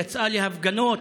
יצאה להפגנות,